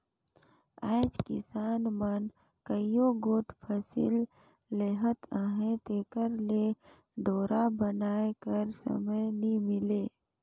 आएज किसान मन कइयो गोट फसिल लेहत अहे तेकर ले डोरा बनाए कर समे नी मिले